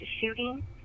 shooting